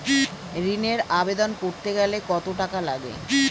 ঋণের আবেদন করতে গেলে কত টাকা লাগে?